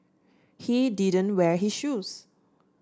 he didn't wear his shoes